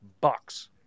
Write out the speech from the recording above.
bucks